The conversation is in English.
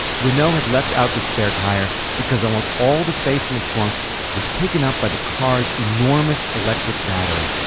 renault had left out the spare tire because almost all the space in the trunk was taken up by the car's enormous electric battery,